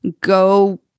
go